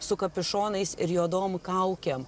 su kapišonais ir juodom kaukėm